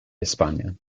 hispania